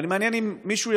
מעניין אם מישהו,